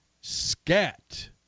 Scat